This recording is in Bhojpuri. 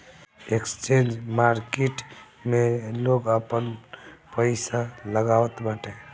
एक्सचेंज मार्किट में लोग आपन पईसा लगावत बाटे